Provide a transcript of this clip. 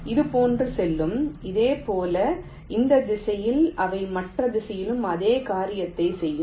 இதுபோன்று செல்லும் இதேபோல் இந்த திசையில் அவை மற்ற திசையும் அதே காரியத்தைச் செய்யும்